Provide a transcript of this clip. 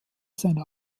seiner